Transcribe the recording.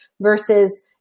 versus